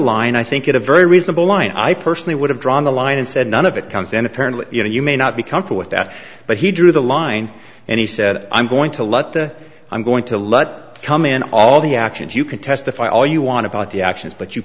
line i think it a very reasonable line i personally would have drawn the line and said none of it comes and apparently you know you may not be comfy with that but he drew the line and he said i'm going to let the i'm going to let come in all the actions you can testify all you want about the actions but you